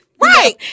Right